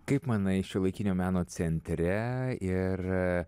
kaip manai šiuolaikinio meno centre ir